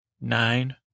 Nine